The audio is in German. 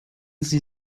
sie